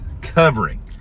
covering